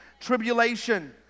Tribulation